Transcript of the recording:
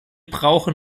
brauchen